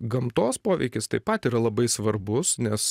gamtos poveikis taip pat yra labai svarbus nes